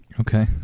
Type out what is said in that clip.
Okay